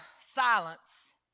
silence